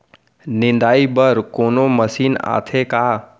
निंदाई बर कोनो मशीन आथे का?